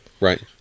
Right